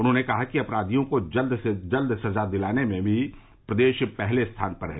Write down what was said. उन्होंने कहा कि अपराधियों को जल्द से जल्द सजा दिलाने में भी प्रदेश पहले स्थान पर है